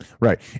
Right